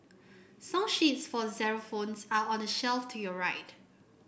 song sheets for xylophones are on the shelf to your right